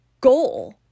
goal